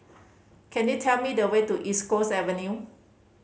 could you tell me the way to East Coast Avenue